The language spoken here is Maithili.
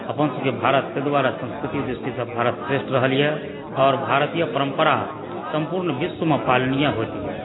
अपन सभकेँ भारत ताहि दुआरे संस्कृतिकऽ दृष्टिसँ भारत श्रेष्ठ रहल यऽ और भारतीय परम्परा सम्पुर्ण विश्वमे पालनीय होइत गेल